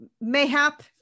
mayhap